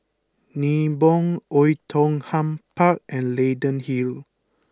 Nibong Oei Tiong Ham Park and Leyden Hill